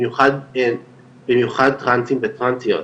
במיוחד טרנסים וטרנסיות,